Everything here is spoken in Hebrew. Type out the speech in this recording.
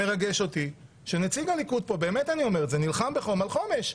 מרגש אותי שנציג הליכוד פה נלחם בחום על חומש.